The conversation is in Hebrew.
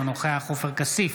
אינו נוכח עופר כסיף,